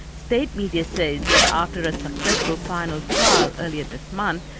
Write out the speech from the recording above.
state media says that after a successful final trial earlier this month,